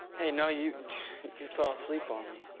hey no, you you fell asleep on me.